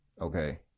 Okay